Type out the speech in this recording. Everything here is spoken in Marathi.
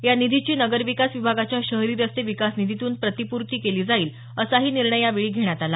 या निधीची नगर विकास विभागाच्या शहरी रस्ते विकास निधीतून प्रतिपूर्ती केली जाईल असाही निर्णयही यावेळी घेण्यात आला